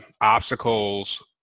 obstacles